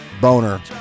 boner